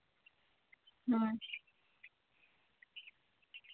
ᱦᱩᱸ